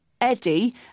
Eddie